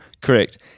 correct